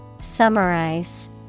Summarize